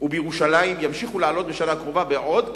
ובירושלים ימשיכו לעלות בשנה הקרובה בעוד כ-15%.